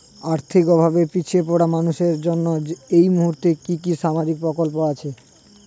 আর্থিক ভাবে পিছিয়ে পড়া মানুষের জন্য এই মুহূর্তে কি কি সামাজিক প্রকল্প আছে?